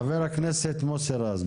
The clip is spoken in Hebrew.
חבר הכנסת מוסי רז.